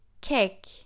cake